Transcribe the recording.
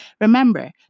Remember